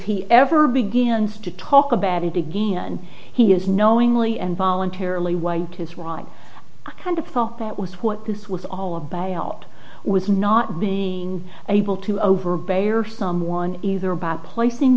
he ever begins to talk about it again and he is knowingly and voluntarily white his right kind of thought that was what this was all a buyout was not being able to overbet or someone either by placing